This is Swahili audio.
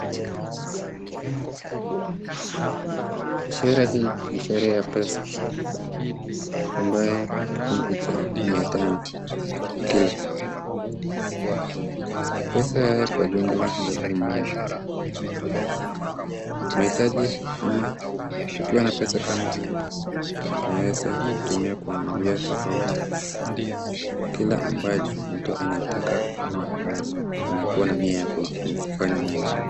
Ishara hii ni ishara ya pesa ambaye ni kifungo cha mia tano kila. Pesa haya kwa jumla elfu moja. Mahitaji ama tukiwa na pesa kama haya, tunaweza kutumia kwa njia tofauti kila ambacho anaitaka ama anakuwa na nia ya kufanya nayo.